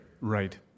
Right